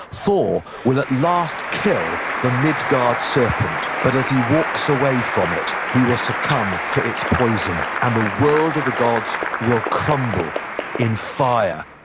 thor will, at last, kill the midgard serpent, but as he walks away from it, he will succumb to its poison, and the world of the gods will crumble in fire,